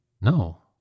No